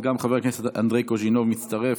אז גם חבר הכנסת אנדרי קוז'ינוב מצטרף